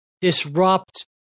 disrupt